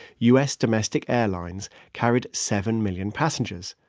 u s. domestic airlines carried seven million passengers.